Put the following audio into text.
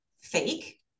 fake